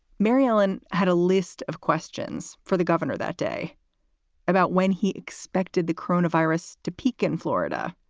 mary ellen had a list of questions for the governor that day about when he expected the corona virus to peak in florida,